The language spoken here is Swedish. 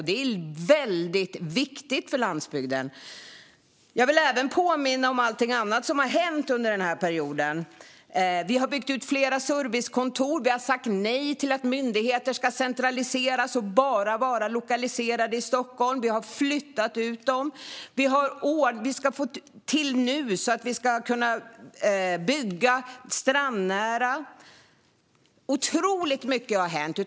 Det är väldigt viktigt för landsbygden. Jag vill även påminna om allt annat som har hänt under den här perioden. Vi har byggt ut flera servicekontor. Vi har sagt nej till att myndigheter ska centraliseras och bara vara lokaliserade i Stockholm. Vi har flyttat ut dem. Vi ska nu se till att man ska kunna bygga strandnära. Otroligt mycket har hänt.